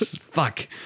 fuck